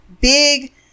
big